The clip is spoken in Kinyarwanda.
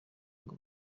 ngo